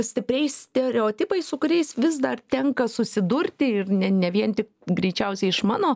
stipriai stereotipais su kuriais vis dar tenka susidurti ir ne ne vien tik greičiausiai iš mano